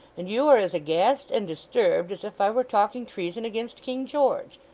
and you are as aghast and disturbed as if i were talking treason against king george.